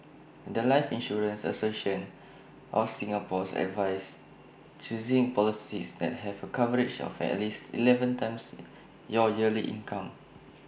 The Life insurance association of Singapore's advises choosing policies that have A coverage of at least Eleven times your yearly income